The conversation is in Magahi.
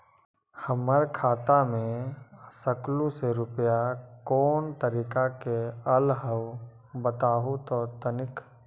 हमर खाता में सकलू से रूपया कोन तारीक के अलऊह बताहु त तनिक?